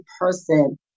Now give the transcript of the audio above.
person